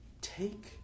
take